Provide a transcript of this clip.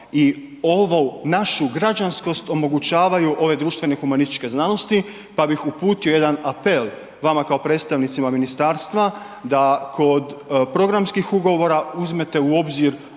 i ovu našu građanskost omogućavaju ove društvene humanističke znanosti, pa bih uputio jedan apel vama kao predstavnicima ministarstva da kod programskih ugovora uzmete u obzir